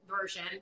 version